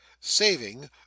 saving